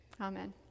Amen